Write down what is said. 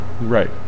Right